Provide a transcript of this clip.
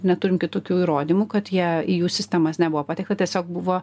neturim kitokių įrodymų kad jie į jų sistemas nebuvo patekta tiesiog buvo